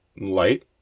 Light